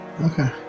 Okay